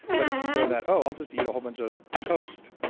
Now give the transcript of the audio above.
but if you go that, oh, i'll just eat a whole bunch of toast,